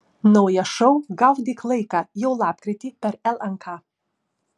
naujas šou gaudyk laiką jau lapkritį per lnk